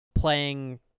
playing